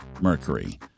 Mercury